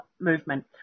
movement